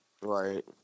Right